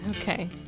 Okay